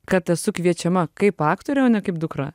kad esu kviečiama kaip aktorė o ne kaip dukra